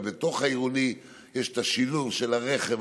ובתוך העיר יש השילוב של הרכב,